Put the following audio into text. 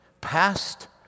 past